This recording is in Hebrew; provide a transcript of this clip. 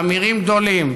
ואמירים גדולים,